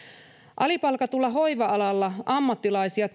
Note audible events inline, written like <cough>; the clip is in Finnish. alipalkatulla hoiva alalla ammattilaisia <unintelligible>